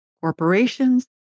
corporations